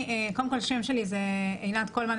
השם שלי הוא עינת קולמן,